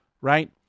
right